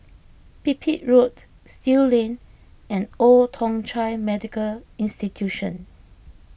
Pipit Road Still Lane and Old Thong Chai Medical Institution